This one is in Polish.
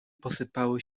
posypały